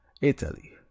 Italy